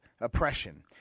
oppression